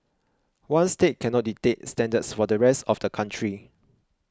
one state cannot dictate standards for the rest of the country